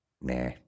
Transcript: nah